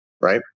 right